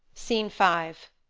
scene five.